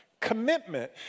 commitment